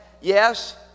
yes